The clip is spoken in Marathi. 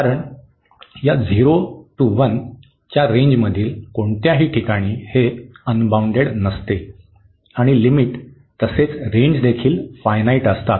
कारण या 0 ते 1 च्या रेंजमधील कोणत्याही ठिकाणी हे अनबाउंडेड नसते आणि लिमिट तसेच रेंज देखील फायनाईट असतात